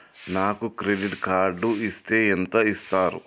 నాకు credit card ఇస్తే ఎంత ఇస్తరు?